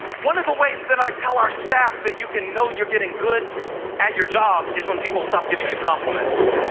one of the ways i tell our staff that you can know you're getting good at your job is when people stop giving you compliments.